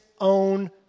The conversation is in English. own